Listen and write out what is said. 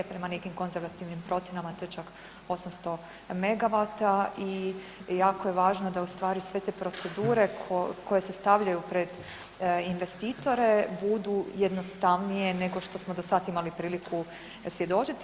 Prema nekim konzervativnim procjenama to je čak 800 MW i jako je važno da u stvari sve te procedure koje se stavljaju pred investitore budu jednostavnije nego što smo do sada imali priliku svjedočiti.